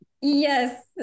Yes